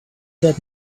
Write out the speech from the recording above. that